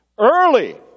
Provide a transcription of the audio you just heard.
early